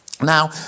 now